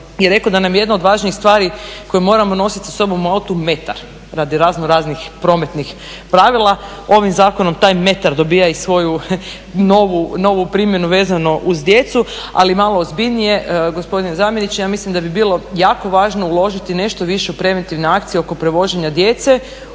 je rekao da nam je jedna od važnijih stvari koju moramo nositi sa sobom u autu metar radi razno raznih prometnih pravila. Ovim zakonom taj metar dobiva i svoju novu primjenu vezano uz djecu. Ali malo ozbiljnije gospodine zamjeniče, ja mislim da bi bilo jako važno uložiti nešto više u preventivne akcije oko prevoženja djece